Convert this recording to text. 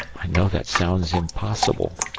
i know that sounds impossible,